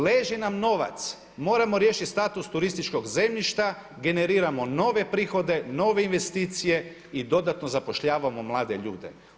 Leži nam novac, moramo riješiti status turističkog zemljišta, generiramo nove prihode, nove investicije i dodatno zapošljavamo mlade ljude.